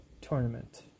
tournament